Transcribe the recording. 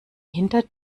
hinter